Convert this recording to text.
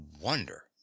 wonder